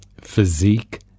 physique